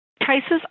prices